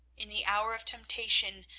in the hour of temptation,